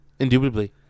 Indubitably